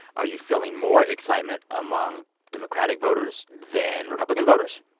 are you feeling more excitement among democratic voters than republican voters?